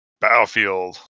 Battlefield